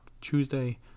Tuesday